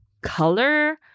color